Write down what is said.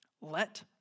Let